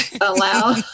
Allow